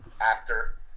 actor